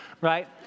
right